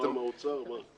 קיבלת הוראה מהאוצר או מה?